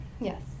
Yes